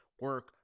Work